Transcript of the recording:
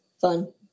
fun